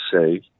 say